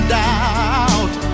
doubt